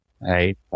right